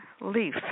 leaf